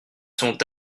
sont